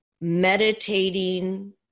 meditating